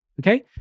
Okay